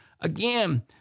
Again